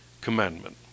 commandment